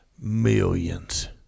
Millions